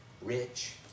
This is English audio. rich